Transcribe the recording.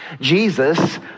Jesus